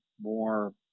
more